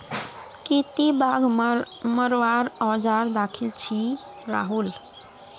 की ती बाघ मरवार औजार दखिल छि राहुल